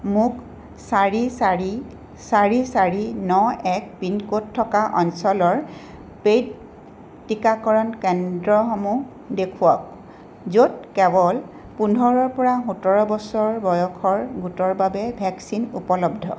মোক চাৰি চাৰি চাৰি চাৰি ন এক পিন ক'ড থকা অঞ্চলৰ পে'ইড টীকাকৰণ কেন্দ্ৰসমূহ দেখুৱাওক য'ত কেৱল পোন্ধৰৰ পৰা সোতৰ বছৰ বয়সৰ গোটৰ বাবে ভেকচিন উপলব্ধ